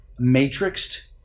matrixed